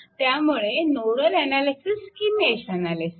त्यामुळे nodal analysis की mesh analysis